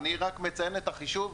אני רק מציין את החישוב,